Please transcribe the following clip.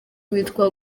witwa